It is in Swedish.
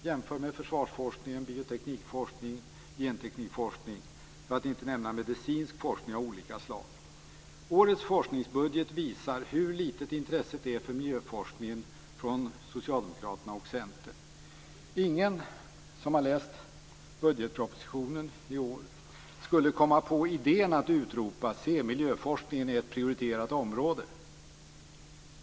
Jämför med försvarsforskning, bioteknikforskning och genteknikforskning, för att inte nämna medicinsk forskning av olika slag. Årets forskningsbudget visar hur litet intresset är för miljöforskningen från Socialdemokraterna och Centern. Ingen som har läst budgetpropositionen i år skulle komma på idén att utropa: Se, miljöforskningen är ett prioriterat område!